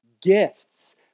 gifts